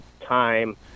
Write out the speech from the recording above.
time